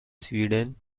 sweden